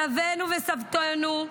סבינו וסבתותינו,